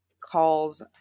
calls